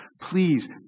Please